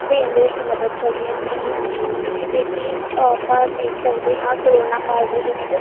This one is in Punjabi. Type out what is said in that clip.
ਦੇਣ ਦੇ ਵਿੱਚ ਮਦਦ ਕਰਦੀਆਂ ਹਨ ਜਿਵੇਂ ਕਿ ਹ ਆਪਾਂ ਦੇਖ ਸਕਦੇ ਹਾਂ ਕਰੋਨਾ ਕਾਲ ਦੇ ਵਿੱਚ